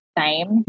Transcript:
time